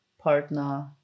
partner